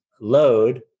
load